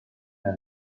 mena